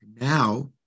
Now